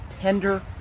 tender